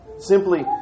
simply